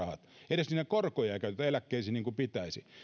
edes niiden korkoja ei käytetä eläkkeisiin niin kuin pitäisi